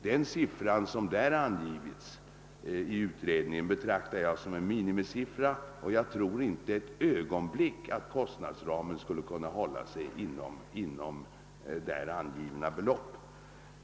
Den siffra som angivits i utredningen betraktar jag som en minimisiffra, och jag tror inte ett ögonblick att beloppen skulle kunna hållas inom där angivna kostnadsram.